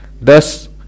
thus